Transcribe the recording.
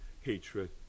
hatred